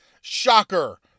Shocker